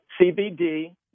CBD